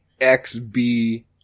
XB